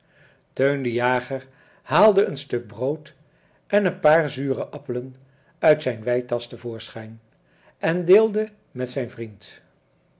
teun de jager haalde een stuk brood en een paar zure appelen uit zijn weitasch te voorschijn en deelde met zijn vriend